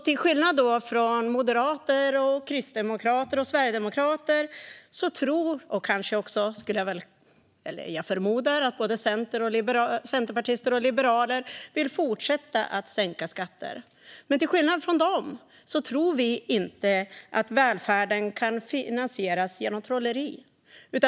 Till skillnad från moderater, kristdemokrater och sverigedemokrater - jag förmodar att också centerpartister och liberaler vill fortsätta sänka skatter - tror inte vi att välfärden kan finansieras genom trolleri.